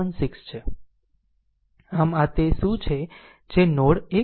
આમ આ તે શું છે જે નોડ 1 પર KCL છે